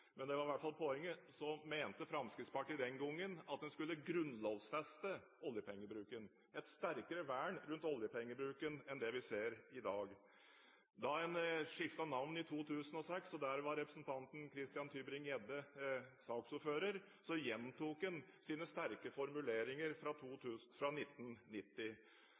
men det var iallfall poenget – mente Fremskrittspartiet den gangen at man skulle grunnlovsfeste oljepengebruken, et sterkere vern rundt oljepengebruken enn det vi ser i dag. Da man skiftet navn i 2006, med representanten Christian Tybring-Gjedde som saksordfører, gjentok man sine sterke formuleringer fra 1990.